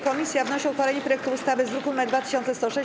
Komisja wnosi o uchwalenie projektu ustawy z druku nr 2106.